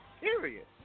Period